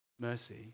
mercy